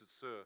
sir